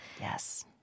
Yes